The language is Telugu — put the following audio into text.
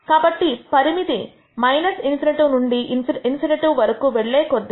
కాబట్టి పరిమితి ∞ నుండి ∞ వరకు వెళ్లే కొద్దీ